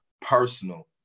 personal